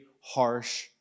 harsh